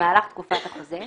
במהלך תקופת החוזה,